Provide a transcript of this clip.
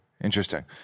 interesting